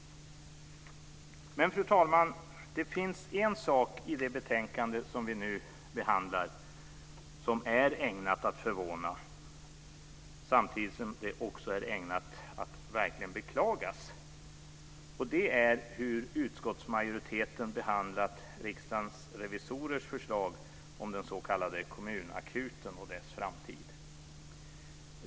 Men, fru talman, det finns en sak i det betänkande som vi nu behandlar som är ägnat att förvåna, samtidigt som det också är ägnat att verkligen beklagas, och det är hur utskottsmajoriteten behandlat Riksdagens revisorers förslag om den s.k. kommunakuten och dess framtid.